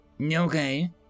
Okay